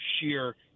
sheer